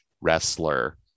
wrestler